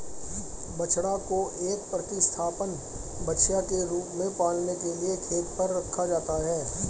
बछड़ा को एक प्रतिस्थापन बछिया के रूप में पालने के लिए खेत पर रखा जाता है